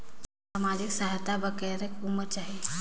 समाजिक सहायता बर करेके उमर चाही?